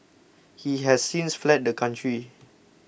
he has since fled the country